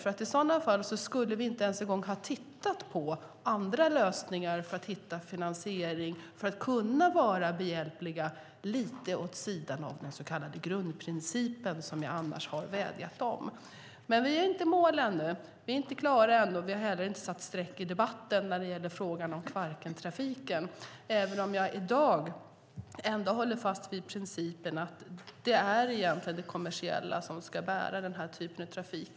I så fall hade vi inte ens gång tittat på andra lösningar för att hitta finansiering för att kunna vara behjälpliga lite åt sidan av den så kallade grundprincipen, som jag annars har vädjat om. Vi är inte i mål ännu, vi är inte klara än och vi har inte streck i debatten om Kvarkentrafiken, även om jag i dag håller fast vid principen att det är det kommersiella som ska bära den här typen av trafik.